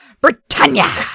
Britannia